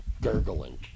gurgling